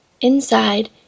Inside